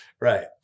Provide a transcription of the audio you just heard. right